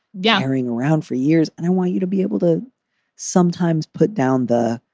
gathering around for years, and i want you to be able to sometimes put down the.